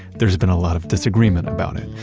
there's been a lot of disagreement about it.